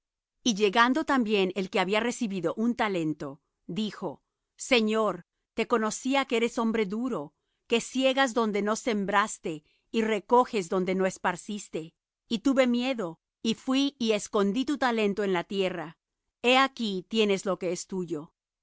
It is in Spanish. y llegando también el que había recibido un talento dijo señor te conocía que eres hombre duro que siegas donde no sembraste y recoges donde no esparciste y tuve miedo y fuí y escondí tu talento en la tierra he aquí tienes lo que es tuyo y